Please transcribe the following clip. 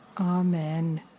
Amen